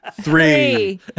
Three